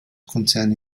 konzern